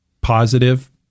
positive